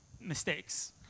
mistakes